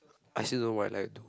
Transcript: I still don't worry like too